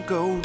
go